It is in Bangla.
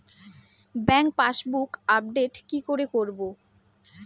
ব্যাংক পাসবুক আপডেট কি করে করবো?